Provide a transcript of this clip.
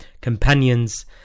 companions